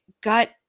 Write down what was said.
gut